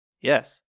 yes